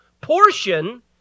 portion